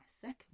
second